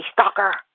stalker